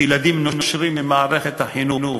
שילדים נושרים ממערכת החינוך.